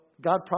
God